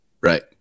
right